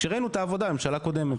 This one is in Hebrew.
כשראינו את העבודה עם הממשלה הקודמת.